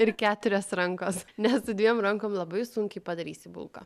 ir keturios rankos nes su dviem rankom labai sunkiai padarysi bulką